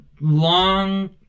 long